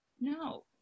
No